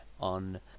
on